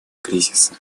кризиса